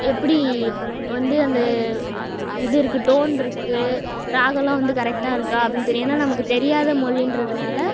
எப்படி வந்து அந்த இது இருக்குது டோன் இருக்குது ராக எல்லா வந்து கரெக்ட்டாக இருக்கா அப்படிங்கிறது தரும் என்ன நமக்கு தெரியாத மொழி இன்றதுனால்